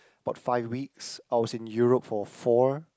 about five weeks I was in Europe for four